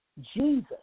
Jesus